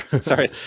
sorry